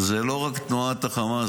זו לא רק תנועת חמאס.